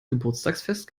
geburtstagsfest